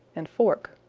and fork.